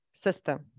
system